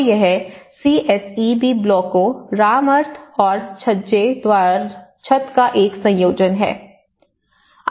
तो यह सीएसईबी ब्लॉकों राम अर्थ और छज्जे दार छत का एक संयोजन है